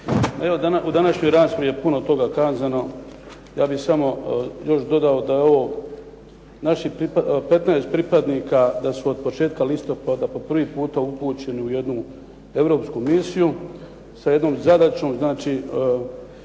u današnjoj raspravi je puno toga kazano. Ja bih samo još dodao da je ovo, naših 15 pripadnika da su od početka listopada po prvi puta upućeni u jednu europsku misiju sa jednom zadaćom. Znači,